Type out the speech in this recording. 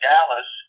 Dallas